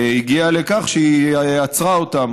הגיע לכך שהיא עצרה אותם.